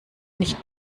nicht